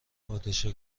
پادشاه